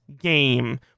game